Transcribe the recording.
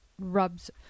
rubs